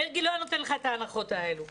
מרגי לא היה נותן לך את ההנחות האלו.